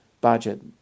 budget